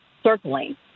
circling